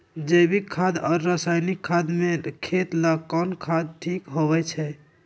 जैविक खाद और रासायनिक खाद में खेत ला कौन खाद ठीक होवैछे?